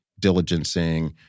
diligencing